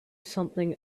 something